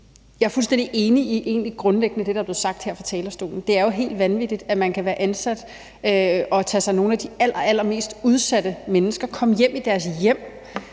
fuldstændig enig i det, der er blevet sagt her fra talerstolen. Det er jo helt vanvittigt, at man kan være ansat og tage sig af nogle af de allerallermest udsatte mennesker og komme hjem i deres hjem